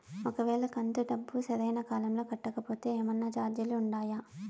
ఒక వేళ కంతు డబ్బు సరైన కాలంలో కట్టకపోతే ఏమన్నా చార్జీలు ఉండాయా?